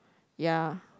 ya